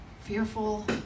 fearful